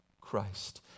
Christ